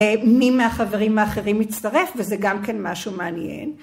‫מי מהחברים האחרים יצטרף, ‫וזה גם כן משהו מעניין.